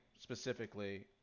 specifically